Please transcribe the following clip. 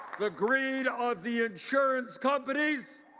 the greed of the insurance companies.